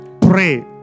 Pray